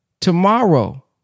tomorrow